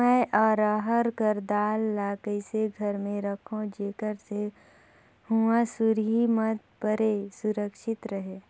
मैं अरहर कर दाल ला कइसे घर मे रखों जेकर से हुंआ सुरही मत परे सुरक्षित रहे?